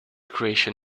creation